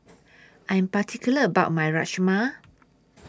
I'm particular about My Rajma